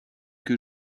que